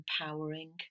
empowering